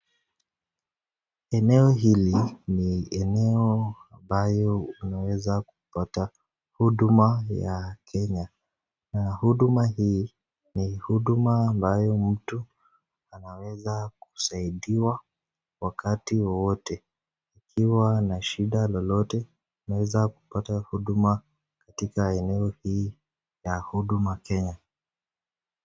Eneo hili ni eneo ambayo unaweza kupata huduma ya Kenya na huduma hii ni huduma ambayo mtu anaweza kusaidiwa wakati wowote, akiwa na shida lolote anaeza kupata huduma katika eneo hii ya Huduma Kenya.